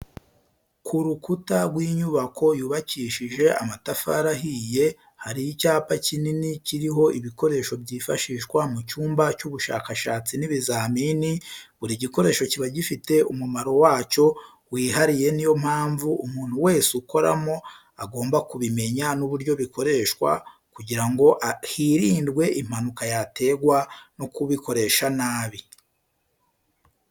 Ku rukuta w'inyubako yubakishije amatafari ahiye hari icyapa kikini kiriho ibikoresho byifashishwa mu cyumba cy'ubushakashatsi n'ibizamini, buri gikoresho kiba gifite umumaro wacyo wihariye ni yo mpamvu umuntu wese ukoramo agomba kubimenya n'uburyo bikoreshwa kugira ngo hirindwe impanuka yaterwa no kubikoresha nabi.